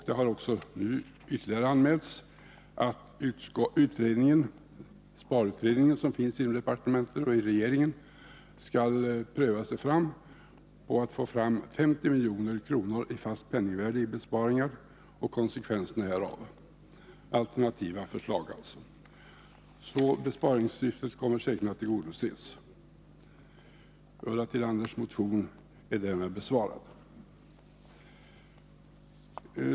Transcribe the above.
Det har också nu ytterligare anmälts att besparingsutredningen, som arbetar inom departementen och inom regeringen, skall pröva sig fram för att få fram 50 milj.kr. i besparingar, räknat i fast penningvärde, och undersöka konsekvenserna härav. Alternativa förslag skall alltså framläggas. Besparingssyftet kommer således säkerligen att uppnås. Ulla Tillanders motion är därmed besvarad.